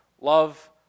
love